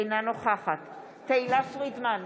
אינה נוכחת תהלה פרידמן,